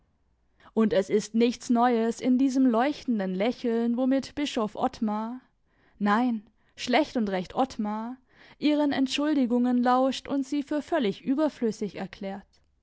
und es ist nichts neues in diesem leuchtenden lächeln womit bischof ottmar nein schlecht und recht ottmar ihren entschuldigungen lauscht und sie für völlig überflüssig erklärt